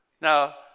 Now